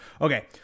Okay